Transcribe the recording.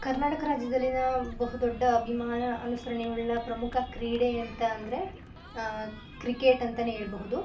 ಕರ್ನಾಟಕ ರಾಜ್ಯದಲ್ಲಿನ ಬಹುದೊಡ್ಡ ಅಭಿಮಾನ ಅನುಸರಣಿಯುಳ್ಳ ಪ್ರಮುಖ ಕ್ರೀಡೆಯಂತ ಅಂದರೆ ಕ್ರಿಕೆಟ್ ಅಂತಾನೆ ಹೇಳ್ಬಹುದು